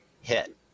hit